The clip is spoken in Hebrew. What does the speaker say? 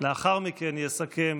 לאחר מכן יסכם